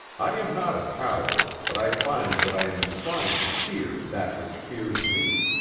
i am not a coward, but i find that i am inclined to fear that which fears me.